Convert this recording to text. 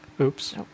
Oops